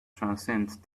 transcend